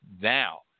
Now